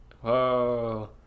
Whoa